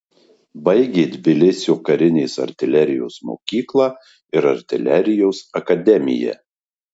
baigė tbilisio karinės artilerijos mokyklą ir artilerijos akademiją